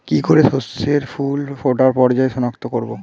কি করে শস্যের ফুল ফোটার পর্যায় শনাক্ত করব?